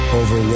over